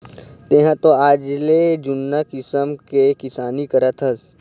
तेंहा तो आजले जुन्ना किसम के किसानी करत हस